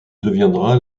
deviendra